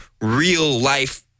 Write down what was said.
real-life